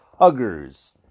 huggers